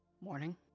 Morning